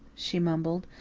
she mumbled.